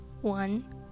One